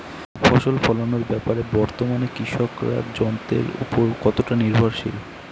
ফসল ফলানোর ব্যাপারে বর্তমানে কৃষকরা যন্ত্রের উপর কতটা নির্ভরশীল?